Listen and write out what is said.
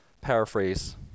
paraphrase